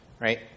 right